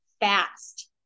fast